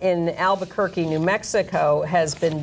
in albuquerque new mexico has been